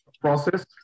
process